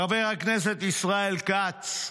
חבר הכנסת ישראל כץ: